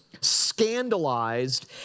scandalized